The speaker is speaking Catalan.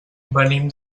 venim